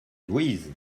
louise